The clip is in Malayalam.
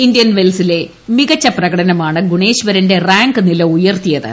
ഇന്ത്യൻ വെൽസിലെ മികച്ച പ്രകടനമാണ് ഗുണേശ്വരന്റെ റാങ്ക് നില ഉയർത്തിയത്